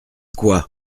quoi